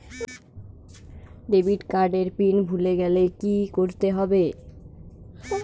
Debit card এর pin ভুলে গেলে কি করতে হবে?